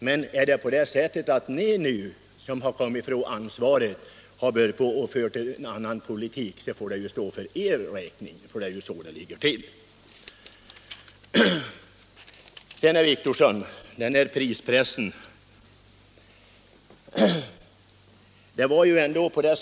Men om ni, sedan ni kommit från ansvaret, har börjat föra en ansvarslös politik får det stå för er räkning. Det är så det ligger till! Sedan, herr Wictorsson, några ord om prispressen.